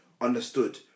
Understood